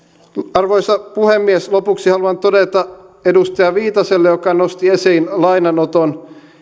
arvoisa puhemies lopuksi haluan todeta edustaja viitaselle joka nosti esiin lainanoton